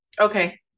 okay